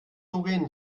doreen